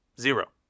Zero